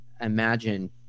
imagine